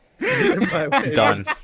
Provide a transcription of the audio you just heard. Done